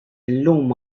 illum